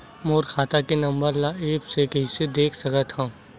मोर खाता के नंबर ल एप्प से कइसे देख सकत हव?